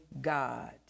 God